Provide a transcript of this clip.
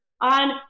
on